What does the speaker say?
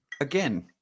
Again